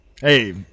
Hey